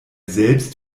selbst